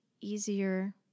easier